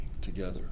together